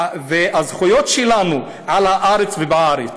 והזכויות שלנו על הארץ, ובארץ,